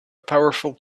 powerful